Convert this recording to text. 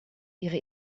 ihre